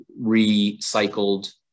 recycled